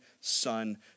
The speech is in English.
son